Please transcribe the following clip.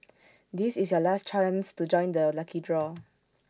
this is your last chance to join the lucky draw